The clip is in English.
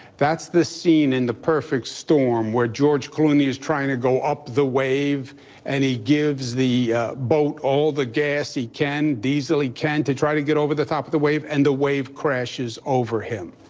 that's the scene in the perfect storm where george clooney is trying to go up the wave and he gives the boat all the gas he can, diesel he can, to try to get over the top of the wave and the wave crashes over him.